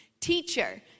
teacher